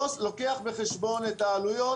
לא לוקח בחשבון את העלויות